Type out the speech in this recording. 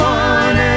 one